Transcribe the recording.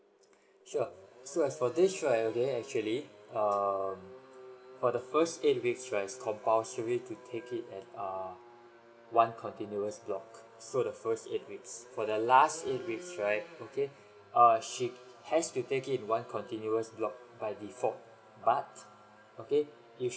sure so as for this right okay actually um for the first eight weeks right it's compulsory to take it at err one continuous block so the first eight weeks for the last eight weeks right okay err she has to take it in one continuous block by default but okay if